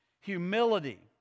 humility